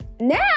Now